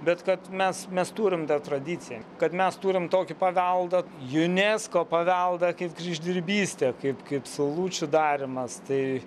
bet kad mes mes turim dar tradiciją kad mes turim tokį paveldą unesco paveldą kaip kryždirbystę kaip kaip saulučių darymas tai